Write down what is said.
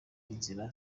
inzira